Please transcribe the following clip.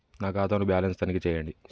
నా ఖాతా ను బ్యాలన్స్ తనిఖీ చేయండి?